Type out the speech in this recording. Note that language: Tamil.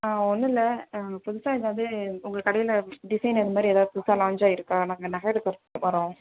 ஒன்னுமில்ல புதுசாக எதாவது உங்கள் கடையில் டிசைன் அதுமாதிரி எதா புதுசாக லாஞ்ச் ஆகியிருக்கா நாங்கள் நகை எடுக்கிறதுக்கு வர்றோம்